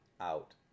out